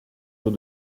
eaux